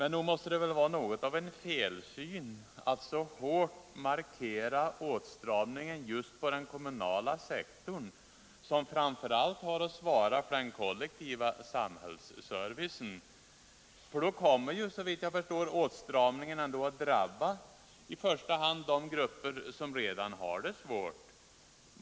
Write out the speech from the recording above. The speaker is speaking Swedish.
Nog måste det väl vara något av en felsyn att så hårt markera åtstramningen just på den kommunala sektorn, som framför allt har att svara för den kollektiva samhällsservicen? Då kommer, såvitt jag förstår, åtstramningen att i första hand drabba de grupper som redan nu har det svårt.